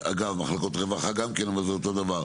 אגב, מחלקות רווחה גם כן אבל זה אותו דבר.